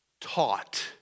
taught